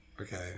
Okay